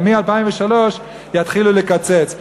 אבל מ-2003 יתחילו לקצץ.